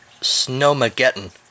Snowmageddon